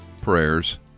prayers